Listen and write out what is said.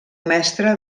mestre